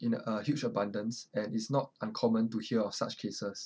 in a huge abundance and it's not uncommon to hear of such cases